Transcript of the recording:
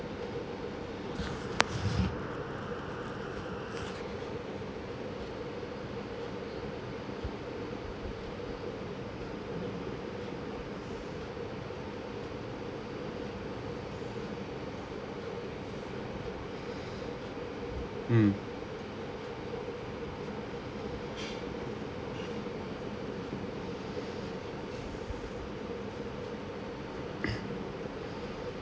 hmm